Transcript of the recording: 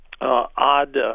odd